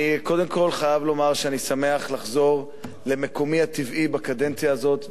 אני קודם כול חייב לומר שאני שמח לחזור למקומי הטבעי בקדנציה הזאת,